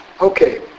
Okay